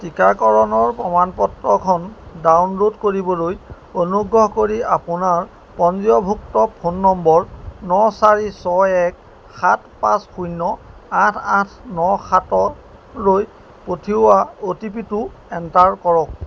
টিকাকৰণৰ প্ৰমাণপত্ৰখন ডাউনল'ড কৰিবলৈ অনুগ্ৰহ কৰি আপোনাৰ পঞ্জীয়নভুক্ত ফোন নম্বৰ ন চাৰি ছয় এক সাত পাঁচ শূন্য আঠ আঠ ন সাতলৈ পঠিওৱা অ' টি পি টো এণ্টাৰ কৰক